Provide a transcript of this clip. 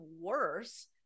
worse